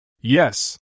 Yes